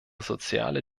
soziale